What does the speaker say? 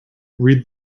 read